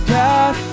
God